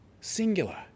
singular